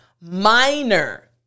minor